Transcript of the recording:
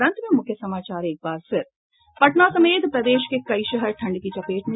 और अब अंत में मुख्य समाचार पटना समेत प्रदेश के कई शहर ठंड की चपेट में